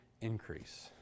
increase